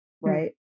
Right